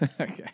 Okay